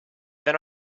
then